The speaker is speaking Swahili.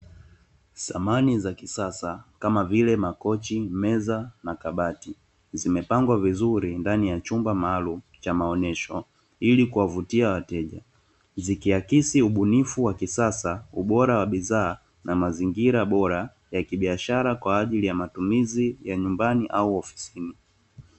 samani za kisasa kama vile makochi, meza na kabati, zimepagwa vizuri ndani ya chumbamaalumu cha maonyesho, ili kuwavutia wateja, zikihakisi ubunifu wa kisasa, ubora wa bidhaa na mazingira bora ya kibiashara kwa matumizi ya nyumbani au ofisini.